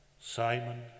Simon